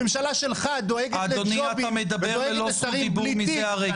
הממשלה שלך דואגת לג'ובים ודואגת לשרים בלי תיק